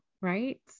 right